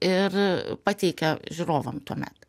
ir pateikia žiūrovam tuomet